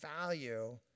value